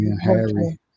Harry